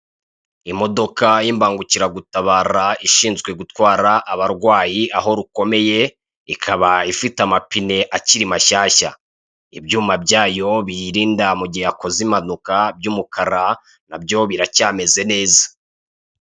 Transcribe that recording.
Imodoka y'imbangukiragutabara ishinzwe gutwara abarwayi aho rukomeye, ikaba ifite amapine akiri mashyashya, ibyuma byayo biyirinda mugihe yakoze impanuka byumukara nabyo biracyameze neza.